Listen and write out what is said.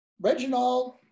Reginald